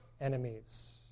enemies